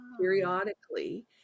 periodically